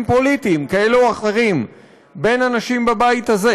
פוליטיים כאלה ואחרים בין אנשים בבית הזה.